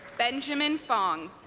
benjamin fong